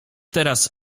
teraz